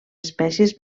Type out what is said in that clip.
espècies